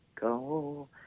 go